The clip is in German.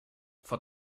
vor